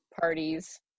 parties